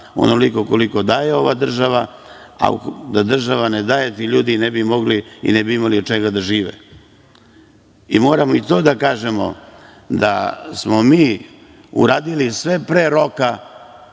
onoliko koliko daje ovaj država, a da država ne daje ti ljudi ne bi mogli i ne bi imali od čega da žive. Moramo i to da kažemo, da smo mi uradili sve pre roka